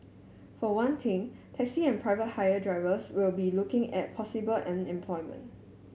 for one thing taxi and private hire drivers will be looking at possible unemployment